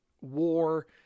war